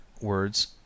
words